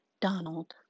Donald